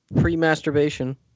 pre-masturbation